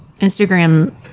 Instagram